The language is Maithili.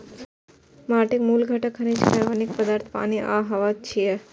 माटिक मूल घटक खनिज, कार्बनिक पदार्थ, पानि आ हवा छियै